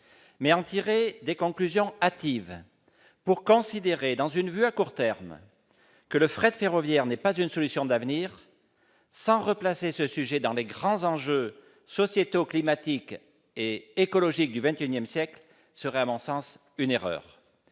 en tirer des conclusions hâtives pour considérer, dans une vue à court terme, que le fret ferroviaire n'est pas une solution d'avenir sans replacer ce sujet dans les grands enjeux sociétaux, climatiques et écologiques du XXI siècle serait, à mon sens, une erreur.